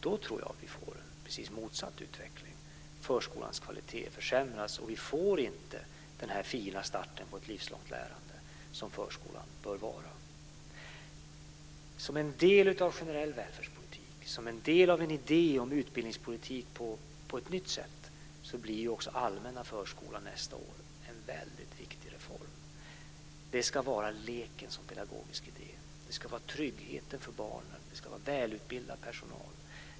Då tror jag att vi får en precis motsatt utveckling, att förskolans kvalitet försämras och att den inte blir den fina start på ett livslångt lärande som förskolan bör vara. Som en del av en generell välfärdspolitik, som en del av en idé om utbildningspolitik på ett nytt sätt blir också allmänna förskolan nästa år en väldigt viktig reform. Förskolan ska ha leken som pedagogisk idé, den ska ge trygghet för barnen, den ska ha välutbildad personal.